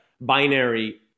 binary